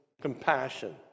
compassion